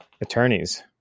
attorneys